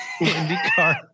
IndyCar